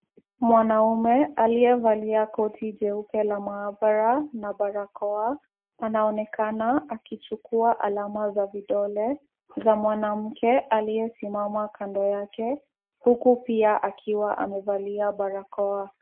Mwanaume aliyevalia koti jeupe la maabara na barakoa anaonekana akichukua alama za vidole za mwanamke aliyesimama kando yake huku pia akiwa amevalia barakoa.